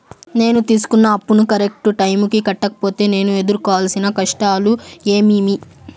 నేను తీసుకున్న అప్పును కరెక్టు టైముకి కట్టకపోతే నేను ఎదురుకోవాల్సిన కష్టాలు ఏమీమి?